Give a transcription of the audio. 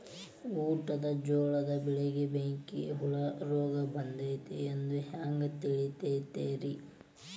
ಊಟದ ಜೋಳದ ಬೆಳೆಗೆ ಬೆಂಕಿ ಹುಳ ರೋಗ ಬಂದೈತಿ ಎಂದು ಹ್ಯಾಂಗ ತಿಳಿತೈತರೇ?